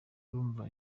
urumva